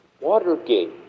watergate